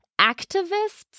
activists